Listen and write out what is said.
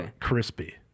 Crispy